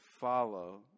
follow